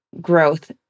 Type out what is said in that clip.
growth